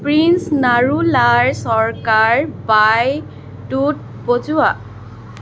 prince নাৰুলাৰ চৰকাৰ বাই টোড বজোৱা